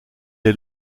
est